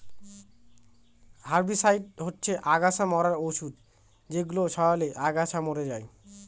herbicide হচ্ছে অগাছা মারার ঔষধ যেগুলো ছড়ালে আগাছা মরে যায়